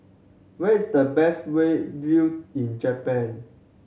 where is the best view in Japan